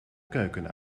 keuken